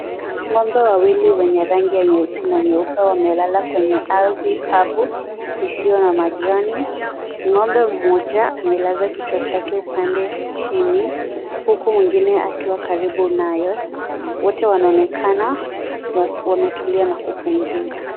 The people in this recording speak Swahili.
Ng'ombe wawili wenye rangi ya nyeusi na nyeupe wamelala kwenye ardhi kavu isiyo na majani, ng'ombe mmoja amelaza kichwa chake upande chini huku mwingine akiwa karibu nayo, wote wanaonekana wametulia na kupumzika.